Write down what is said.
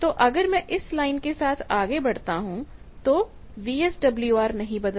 तो अगर मैं इस लाइन के साथ आगे बढ़ता हूं तो वीएसडब्ल्यूआर नहीं बदलता